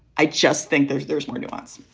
i just think there's there's more nuance.